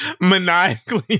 maniacally